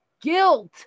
guilt